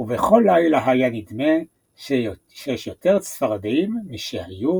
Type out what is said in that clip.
ובכל לילה היה נדמה שיש יותר צפרדעים משהיו בלילה הקודם.